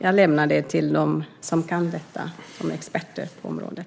Jag lämnar det avgörandet till dem som är experter på området.